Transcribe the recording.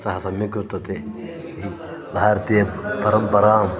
सः सम्यक् वर्तते भारतीय परम्पराम्